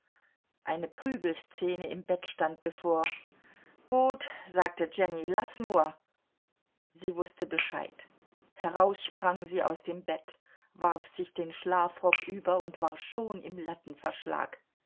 eine prügelszene im bett stand bevor gut sagte jenny laß nur sie wußte bescheid heraus sprang sie aus dem bett warf sich den schlafrock über und war schon im